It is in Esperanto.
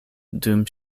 dum